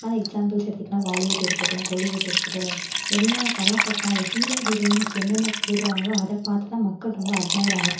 அதை எக்ஸ்சாம்புல்ஸ் எடுத்துக்கிட்டிங்னா வாலிவுட் இருக்கட்டும் கோலிவுட் இருக்கட்டும் எல்லா கதாப்பாத்திரம் அந்த ஹீரோ ஹீரோயின்ஸ் என்னென்ன போடுகிறாங்களோ அதை பார்த்து தான் மக்கள் ரொம்ப அட்மயர் ஆகிறாங்க